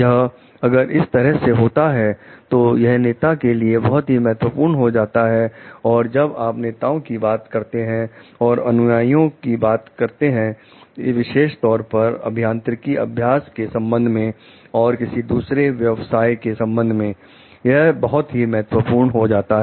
यह अगर इस तरह से होता है तो यह नेता के लिए बहुत ही महत्वपूर्ण हो जाता है और जब आप नेताओं की बात करते हैं और अनुयाई की बात करते हैं विशेष तौर पर अभियांत्रिकी अभ्यास के संबंध में और किसी दूसरे व्यवसाय के संबंध में यह बहुत महत्वपूर्ण हो जाता है